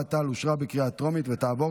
ואוהד טל אושרה בקריאה טרומית ותעבור